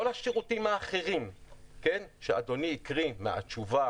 כל השירותים האחרים שאדוני קרא מהתשובה